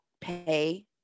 pay